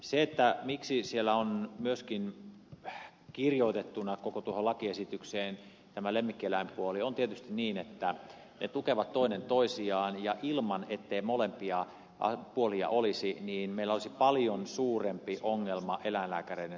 se miksi koko tuohon lakiesitykseen on kirjoitettuna myöskin tämä lemmikkieläinpuoli johtuu tietysti siitä että ne tukevat toinen toisiaan ja jos ei molempia puolia olisi meillä olisi paljon suurempi ongelma eläinlääkäreiden saatavuudesta